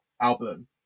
album